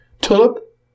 Tulip